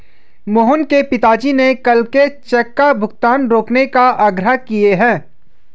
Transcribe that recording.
मोहन के पिताजी ने कल के चेक का भुगतान रोकने का आग्रह किए हैं